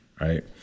right